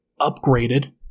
upgraded